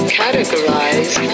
categorize